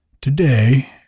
Today